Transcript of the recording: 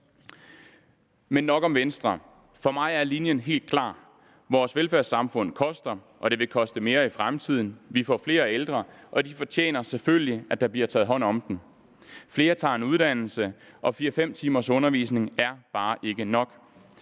Men nok om Venstre. For mig er linjen helt klar. Vores velfærdssamfund koster, og det vil koste mere i fremtiden. Vi får flere ældre, og de fortjener selvfølgelig, at der bliver taget hånd om dem. Flere tager en uddannelse, og 4- 5 timers undervisning er bare ikke nok.